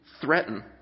threaten